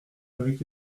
avec